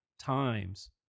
times